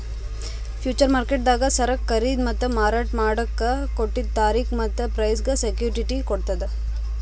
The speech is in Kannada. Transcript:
ಫ್ಯೂಚರ್ ಮಾರ್ಕೆಟ್ದಾಗ್ ಸರಕ್ ಖರೀದಿ ಮತ್ತ್ ಮಾರಾಟ್ ಮಾಡಕ್ಕ್ ಕೊಟ್ಟಿದ್ದ್ ತಾರಿಕ್ ಮತ್ತ್ ಪ್ರೈಸ್ಗ್ ಸೆಕ್ಯುಟಿಟಿ ಕೊಡ್ತದ್